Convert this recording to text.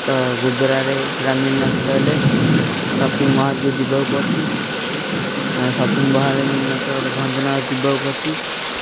ତ ଗୋବ୍ରାରେ ସେଇଟା ମିଳିନଥିବା ହେଲେ ସପିଙ୍ଗ ମଲକୁ ଯିବାକୁ ପଡ଼ୁଛି ସପିଙ୍ଗ ମଲରେ ମିଳିନଥିବା ବେଲେ ଭଞ୍ଜନଗର ଯିବାକୁ ପଡ଼ୁଛି